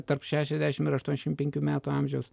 tarp šešiasdešimt ir aštuoniasdešimt penkių metų amžiaus